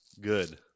good